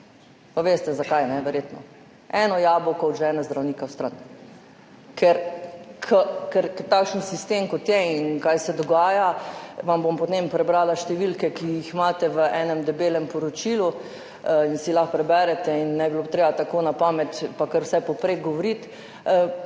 Pa veste zakaj, verjetno. Eno jabolko odžene zdravnika stran. Ker v takšnem sistemu, kot je in kar se dogaja – vam bom potem prebrala številke, ki jih imate v enem debelem poročilu, in si lahko preberete in ne bi bilo treba tako na pamet pa kar vsepovprek govoriti